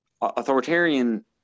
authoritarian